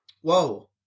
whoa